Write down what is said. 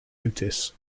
otis